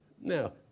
Now